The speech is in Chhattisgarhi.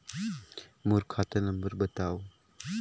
मोर खाता नम्बर बताव?